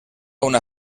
una